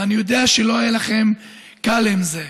ואני יודע שלא היה לכם קל עם זה.